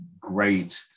great